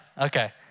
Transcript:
okay